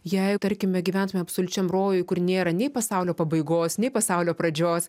jei tarkime gyventume absoliučiam rojuj kur nėra nei pasaulio pabaigos nei pasaulio pradžios